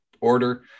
order